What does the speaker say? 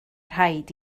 rhaid